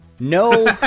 No